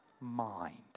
mind